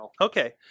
Okay